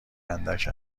اندک